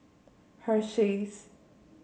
Hersheys